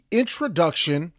introduction